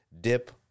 dip